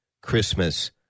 Christmas